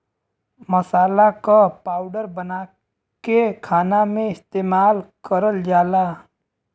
मसाला क पाउडर बनाके खाना में इस्तेमाल करल जाला